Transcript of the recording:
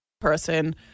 person